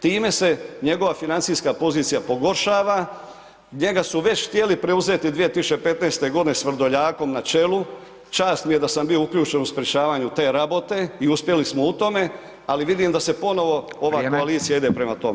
Time se njegova financijska pozicija pogoršava, njega su već htjeli preuzeti 2015. godine s Vrdoljakom na čelu, čast mi je da sam bio uključen u sprječavanju te rabote i uspjeli smo u tome, ali vidim da se ponovo [[Upadica: Vrijeme.]] ova koalicija ide prema tome.